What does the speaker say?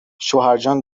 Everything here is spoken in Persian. شوهرجان